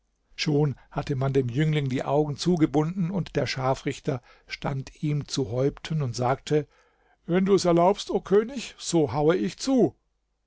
schon hatte man dem jüngling die augen zugebunden und der scharfrichter stand ihm zu häupten und sagte wenn du es erlaubst o könig so haue ich zu